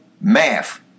math